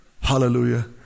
Hallelujah